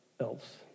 else